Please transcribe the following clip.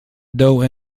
though